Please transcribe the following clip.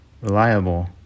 reliable